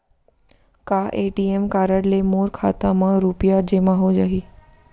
का ATM card ले मोर खाता म रुपिया जेमा हो जाही?